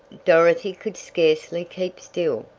dorothy could scarcely keep still.